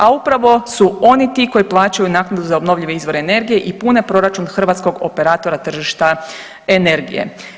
A upravo su oni ti koji plaćaju naknadu za obnovljive izvore energije i pune proračun hrvatskog operatora tržišta energije.